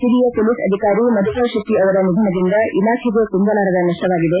ಓರಿಯ ಮೊಲೀಸ್ ಅಧಿಕಾರಿ ಮಧುಕರ್ ಶೆಟ್ಟಿ ಅವರ ನಿಧನದಿಂದ ಇಲಾಖೆಗೆ ತುಂಬಲಾರದ ನಷ್ಟವಾಗಿದೆ